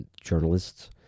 journalists